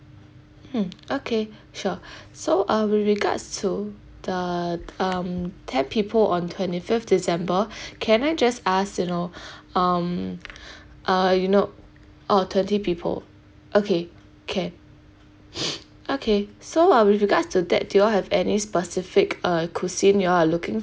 mm okay sure so uh with regards to the um ten people on twenty fifth december can I just ask you know um uh you know oh twenty people okay can okay so uh with regards to that do you all have any specific uh cuisine you all are looking